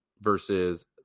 versus